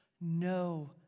no